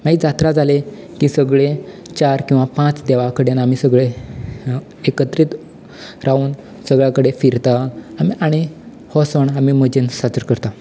मागीर जात्रा जाले की सगलीं चार किंवा पांच देवा कडेन आमी सगळे एकत्रीत रावन सगले कडेन फिरता आनी हो सण आमी मजेन साजरो करता